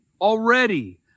Already